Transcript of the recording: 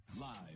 Live